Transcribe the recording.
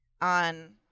on